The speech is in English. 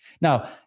Now